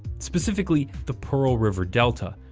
specifically, the pearl river delta,